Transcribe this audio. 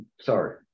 Sorry